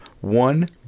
one